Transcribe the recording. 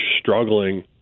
struggling